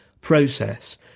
process